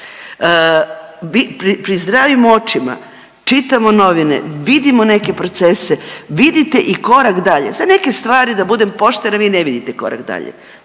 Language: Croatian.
pri zdravim očima čitamo novine, vidimo neke procese, vidite i korak dalje, za neke stvari da budem poštena vi ne vidite korak dalje,